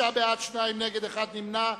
56 בעד, שניים נגד, נמנע אחד.